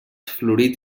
florit